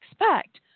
expect